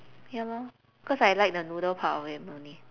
ya lor cause I like the noodle part of it only